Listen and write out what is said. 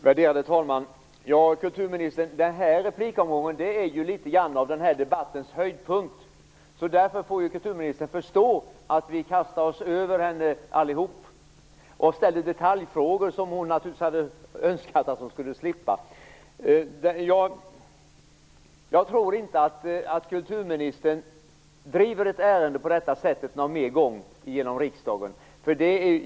Värderade talman! Ja, kulturministern, den här replikomgången är ju litet grand av den här debattens höjdpunkt, därför får kulturministern förstå att vi kastar oss över henne allihop och ställer detaljfrågor som hon naturligtvis hade önskat att hon skulle slippa. Jag tror inte att kulturministern driver ett ärende genom riksdagen på detta sätt någon mer gång.